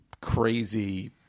crazy